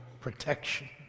protection